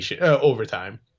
overtime